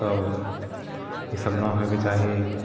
तब इसभ न होइके चाही